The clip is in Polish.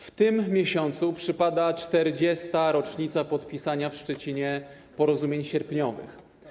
W tym miesiącu przypada 40. rocznica podpisania w Szczecinie porozumień sierpniowych.